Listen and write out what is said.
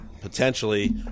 potentially